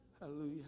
Hallelujah